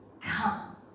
come